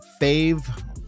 fave